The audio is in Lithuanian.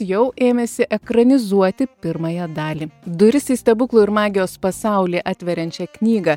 jau ėmėsi ekranizuoti pirmąją dalį duris į stebuklų ir magijos pasaulį atveriančią knygą